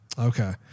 Okay